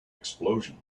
explosion